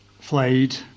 flayed